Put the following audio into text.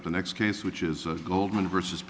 the next case which is goldman versus